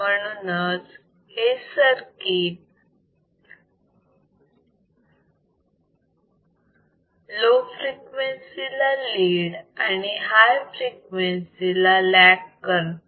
म्हणूनच हे circuit low frequency ला लीड आणि हाय फ्रिक्वेन्सी ला लॅग करते